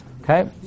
Okay